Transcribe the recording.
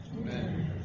Amen